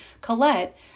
Colette